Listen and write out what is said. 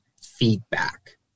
feedback